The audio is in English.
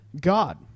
God